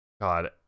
God